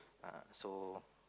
uh so